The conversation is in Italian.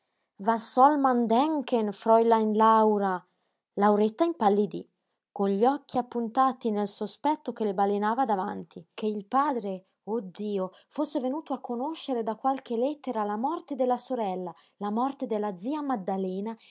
soll man denken frulein laura lauretta impallidí con gli occhi appuntati nel sospetto che le balenava davanti che il padre oh dio fosse venuto a conoscere da qualche lettera la morte della sorella la morte della zia maddalena